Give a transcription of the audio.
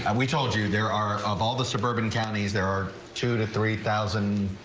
and we told you there are of all the suburban counties there are two to three thousand.